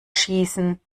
schießen